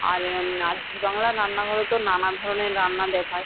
আর আর জি বাংলার রান্নাঘরে তো নানা ধরনের রান্না দেখায়